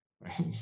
right